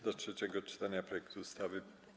Do trzeciego czytania projektu ustawy.